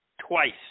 twice